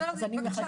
אני רוצה